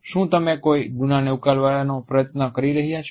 શું તમે કોઈ ગુનાને ઉકેલવાનો પ્રયત્ન કરી રહ્યા છો